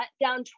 down